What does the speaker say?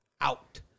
out